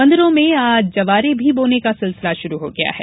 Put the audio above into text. मंदिरों में आज जवारे भी बोर्न का सिलसिला शुरू हो गया है